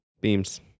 beams